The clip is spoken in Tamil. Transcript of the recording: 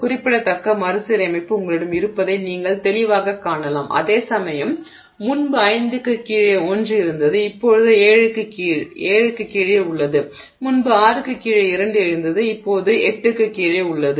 குறிப்பிடத்தக்க மறுசீரமைப்பு உங்களிடம் இருப்பதை நீங்கள் தெளிவாகக் காணலாம் அதேசமயம் முன்பு 5 க்குக் கீழே 1 இருந்தது இப்போது 7 க்குக் கீழே உள்ளது முன்பு 6 க்குக் கீழே 2 இருந்தது இப்போது 8 க்கு கீழே உள்ளது